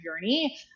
journey